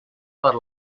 per